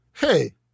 hey